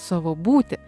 savo būtį